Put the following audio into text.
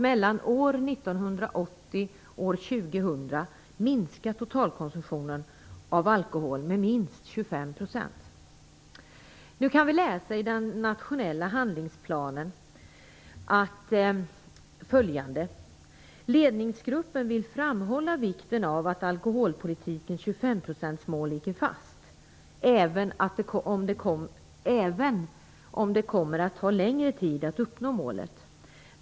Mellan år Nu kan vi läsa följande i den nationella handlingsplanen: Ledningsgruppen vill framhålla vikten av att alkoholpolitikens 25-procentsmål ligger fast, även om det kommer att ta längre tid att uppnå målet.